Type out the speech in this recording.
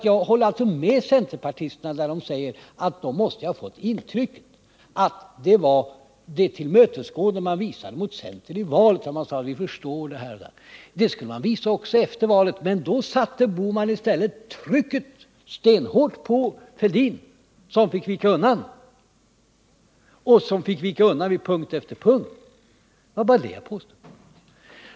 Jag håller nämligen med centerpartisterna när de säger att de måste ha fått intrycket att det tillmötesgående man visade centern i valrörelsen skulle man visa också efter valet. Men då satte Gösta Bohman i stället ett stenhårt tryck på Thorbjörn Fälldin, som fick vika undan på punkt efter punkt. Det var bara det jag påstod i det sammanhanget.